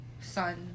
Sun